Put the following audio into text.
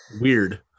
weird